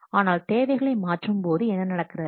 ஆனால் தேவைகளை மாற்றும்போது என்ன நடக்கிறது